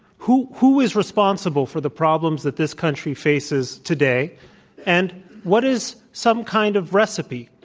who who is responsible for the problems that this country faces today and what is some kind of recipe?